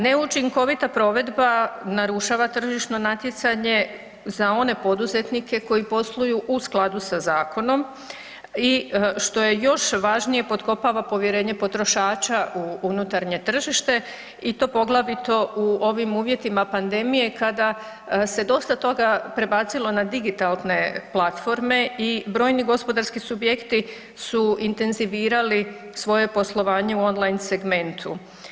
Neučinkovita provedba narušava tržišno natjecanje za one poduzetnike koji posluju u skladu sa zakonom i što je još važnije, potkopava povjerenje potrošača u unutarnje tržište i to poglavito u ovim uvjetima pandemije kada se dosta toga prebacilo na digitalne platforme i brojni gospodarski subjekti su intenzivirali svoje poslovanje u online segmentu.